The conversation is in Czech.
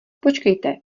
počkejte